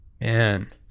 Man